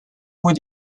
would